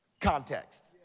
context